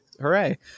Hooray